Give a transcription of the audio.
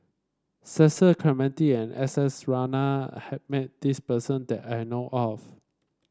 Cecil Clementi and S S Ratnam had met this person that I know of